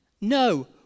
no